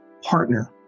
partner